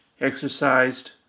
exercised